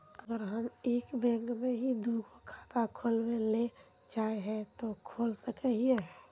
अगर हम एक बैंक में ही दुगो खाता खोलबे ले चाहे है ते खोला सके हिये?